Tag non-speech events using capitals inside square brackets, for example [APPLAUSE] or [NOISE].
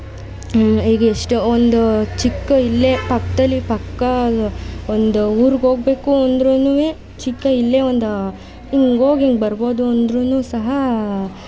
[UNINTELLIGIBLE] ಈಗ ಎಷ್ಟು ಒಂದೂ ಚಿಕ್ಕ ಇಲ್ಲೇ ಪಕ್ಕದಲ್ಲಿ ಪಕ್ಕಾ ಅಲ್ಲಿ ಒಂದು ಊರಿಗೆ ಹೋಗ್ಬೇಕು ಅಂದ್ರೂ ಚಿಕ್ಕ ಇಲ್ಲೇ ಒಂದು ಹಿಂಗೆ ಹೋಗಿ ಹಿಂಗೆ ಬರ್ಬೋದು ಅಂದರೂ ಸಹ